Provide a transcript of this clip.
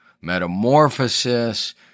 metamorphosis